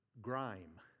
grime